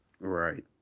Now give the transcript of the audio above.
right